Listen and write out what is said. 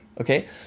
Okay